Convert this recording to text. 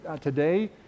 today